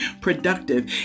productive